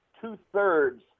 two-thirds